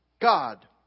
God